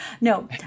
No